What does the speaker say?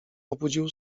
obudził